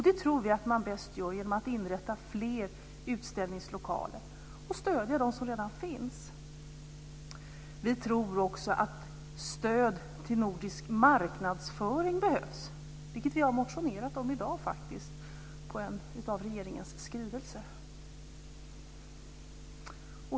Det tror vi att man bäst gör genom att inrätta fler utställningslokaler och stödja dem som redan finns. Vi tror också att stöd till nordisk marknadsföring behövs. Det har vi motionerat om i dag utifrån en av regeringens skrivelser.